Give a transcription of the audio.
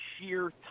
sheer